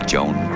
Joan